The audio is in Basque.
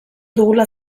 dugula